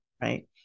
Right